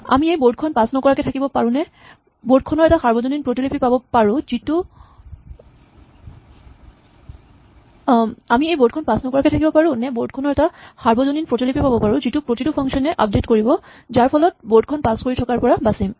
আমি এই বৰ্ড খন পাছ নকৰাকে থাকিব পাৰো নে বৰ্ড খনৰ এটা সাৰ্বজনীন প্ৰতিলিপি পাব পাৰো যিটো প্ৰতিটো ফাংচন এ আপডেট কৰিব যাৰফলত বৰ্ড খন পাছ কৰি থকাৰ পৰা বাচিম